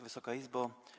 Wysoka Izbo!